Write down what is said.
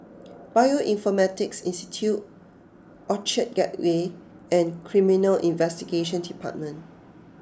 Bioinformatics Institute Orchard Gateway and Criminal Investigation Department